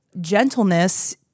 Gentleness